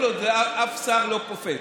כל עוד אף שר לא קופץ.